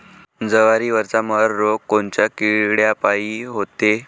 जवारीवरचा मर रोग कोनच्या किड्यापायी होते?